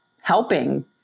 helping